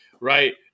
Right